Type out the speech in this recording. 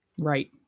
Right